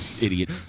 idiot